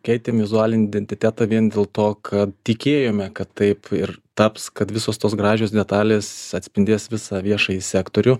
keitėm vizualinį identitetą vien dėl to kad tikėjome kad taip ir taps kad visos tos gražios detalės atspindės visą viešąjį sektorių